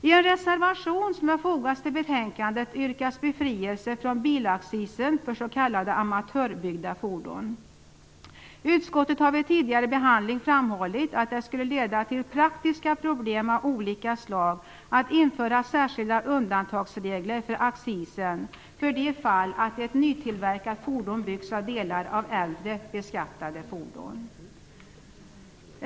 I en reservation som är fogad till betänkandet yrkas befrielse från bilaccisen för s.k. amatörbyggda fordon. Utskottet har vid tidigare behandling framhållit att det skulle leda till praktiska problem av olika slag att införa särskilda undantagsregler för accisen, för de fall att ett nytillverkat fordon byggs av delar från äldre beskattade fordon.